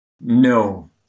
No